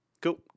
cool